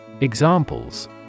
Examples